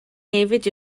hefyd